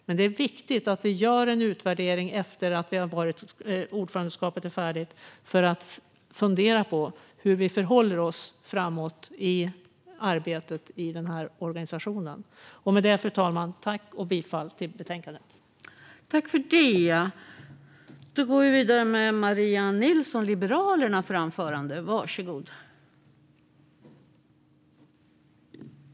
Men det är viktigt att vi gör en utvärdering efter att vårt ordförandeskap är färdigt för att fundera på hur vi förhåller oss framåt i arbetet i den här organisationen. Med det, fru talman, tackar jag för mig och yrkar bifall till utskottets förslag.